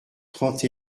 trente